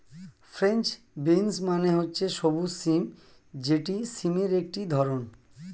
French beans মানে হচ্ছে সবুজ সিম যেটি সিমের একটি ধরণ